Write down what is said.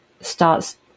starts